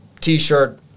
T-shirt